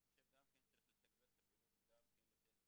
ואני חושב שצריך לתגבר את הפעילות וגם לתת